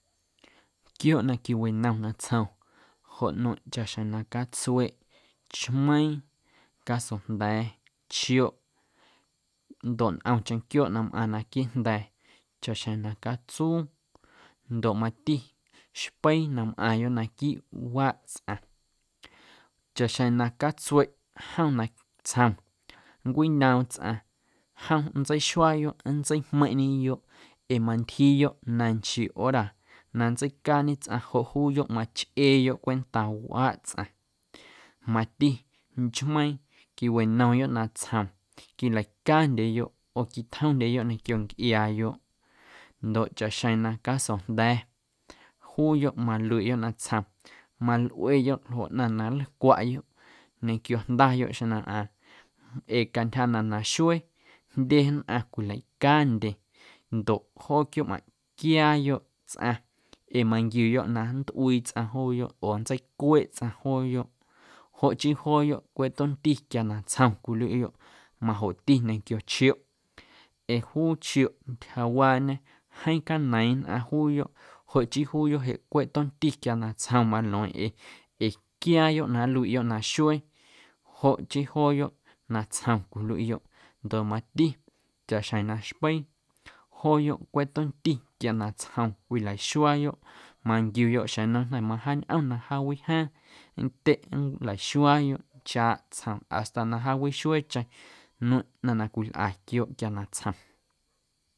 Quiooꞌ na quiwinom natsjom joꞌ nueⁿꞌ chaꞌxjeⁿ na catsueꞌ, chmeiiⁿ, casojnda̱a̱, chioꞌ ndoꞌ ntꞌomcheⁿ quiooꞌ na mꞌaⁿ naquiiꞌ jnda̱a̱ chaꞌxjeⁿ na catsuu ndoꞌ mati xpeii na mꞌaaⁿyoꞌ naquiiꞌ waaꞌ tsꞌaⁿ chaꞌ na catsueꞌ jom natsjom nncwiñoom tsꞌaⁿ jom nntseixuaayoꞌ, nntseijmeiⁿꞌñeyoꞌ ee mantyjiiyoꞌ na nchii hora na nntseicaañe tsꞌaⁿ joꞌ juuyoꞌ machꞌeeyoꞌ cwenta wꞌaaꞌ tsꞌaⁿ. Mati nchmeiiⁿ quiwanomyoꞌ natsjom quilacaandyeyoꞌ oo quitjomndyeyoꞌ ñequio ncꞌiaayoꞌ ndoꞌ chaꞌxjeⁿ na casojnda̱a̱ juuyoꞌ maluiꞌyoꞌ natsjom malꞌueyoꞌ ljoꞌ ꞌnaⁿ na nlcwaꞌyoꞌ ñequio jndayoꞌ xeⁿ na ꞌaaⁿ ee cantyja na naxuee jndye nnꞌaⁿ cwileicaandye ndoꞌ joo quiooꞌmꞌaⁿꞌ quiaayoꞌ tsꞌaⁿ ee manquiuyoꞌ na nntꞌuii tsꞌaⁿ jooyoꞌ oo nntseicueeꞌ tsꞌaⁿ jooyoꞌ joꞌ chii jooyoꞌ cweꞌ tomti quia natsjom cwiluiꞌyoꞌ majoꞌti ñequio chioꞌ ee juu chioꞌ ntyjawaañe jeeⁿ caneiiⁿ nnꞌaⁿ juuyoꞌ joꞌ chii juuyoꞌ jeꞌ cweꞌ tomti quia natsjom malueeⁿꞌeⁿ ee ee quiaayoꞌ na nluiꞌyoꞌ naxuee joꞌ chii jooyoꞌ natsjom cwiluiꞌyoꞌ ndoꞌ mati chaꞌxjeⁿ na xpeii jooyoꞌ cweꞌ tomti quia natsjom cwilaxuaayoꞌ manquiuyoꞌ xjeⁿ na mawjaañꞌom na jaawijaaⁿ nntyeꞌ nlaxuaayoꞌ nchaaꞌ tsjom hasta na jaawixueecheⁿ nueⁿꞌ ꞌnaⁿ na cwilꞌa quiooꞌ quia natsjom.